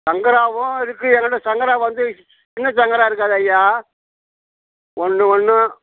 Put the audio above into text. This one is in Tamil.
சங்கராவும் இருக்குது எங்கிட்டே சங்கரா வந்து சின்ன சங்கரா இருக்காது ஐயா ஒன்று ஒன்றும்